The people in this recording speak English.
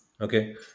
Okay